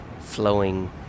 flowing